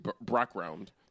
background